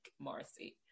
Marcy